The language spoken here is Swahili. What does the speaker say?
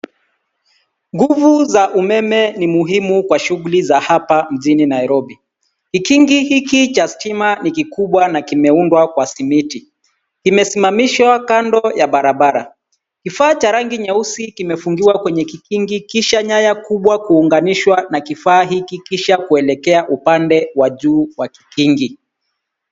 Nguvu za umeme ni muhimu kwa shughuli za hapa mjini Nairobi. Kikingi hiki cha stima ni kikubwa na kimeundwa kwa simiti. Imesimamishwa kando ya barabara. Kifaa cha rangi nyeusi kimefungiwa kwenye kikingi kisha nyaya kubwa kuunganishwa na kifaa hiki kisha kuelekea upande wa juu wa kikingi.